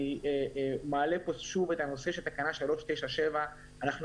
אני מעלה כאן שוב את הנושא של תקנה 3.9.7. אנחנו